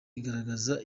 igaragaza